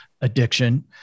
addiction